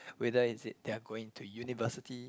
whether is it they are going to univeristy